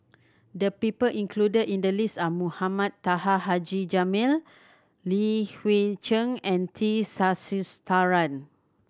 the people included in the list are Mohamed Taha Haji Jamil Li Hui Cheng and T Sasitharan